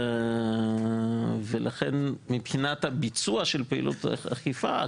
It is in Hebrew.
ולכן מבחינת הביצוע של פעילות אכיפה,